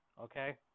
okay